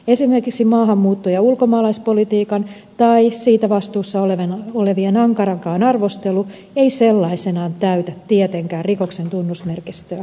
esimerkiksi maahanmuutto ja ulkomaalaispolitiikan tai siitä vastuussa olevien ankarakaan arvostelu ei sellaisena täytä tietenkään rikoksen tunnusmerkistöä